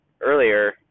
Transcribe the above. earlier